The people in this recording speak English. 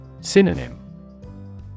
Synonym